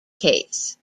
case